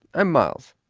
i'm miles.